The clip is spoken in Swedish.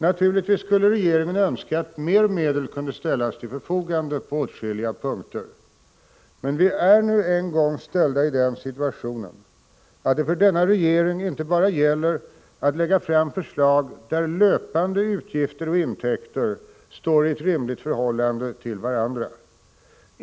Naturligtvis skulle regeringen önska att mer medel kunde ställas till förfogande på åtskilliga punkter, men vi är nu en gång ställda i den situationen att det för denna regering inte bara gäller att lägga fram förslag där löpande utgifter och intäkter står i ett rimligt förhållande till varandra.